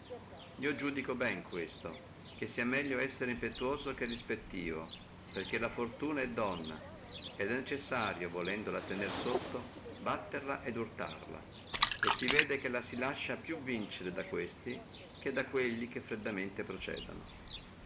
io iudico bene questo che sia meglio essere impetuoso che respettivo perché la fortuna è donna et è necessario volendola tenere sotto batterla et urtarla e si vede che la si lascia più vincere da questi che da quelli che freddamente procedano